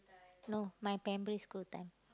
no my primary school time